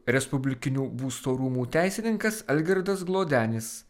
respublikinių būsto rūmų teisininkas algirdas glodenis